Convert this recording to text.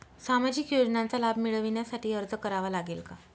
सामाजिक योजनांचा लाभ मिळविण्यासाठी अर्ज करावा लागेल का?